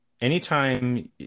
anytime